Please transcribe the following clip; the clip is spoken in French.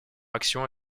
action